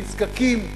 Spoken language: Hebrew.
הנזקקים,